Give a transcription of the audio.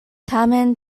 tamen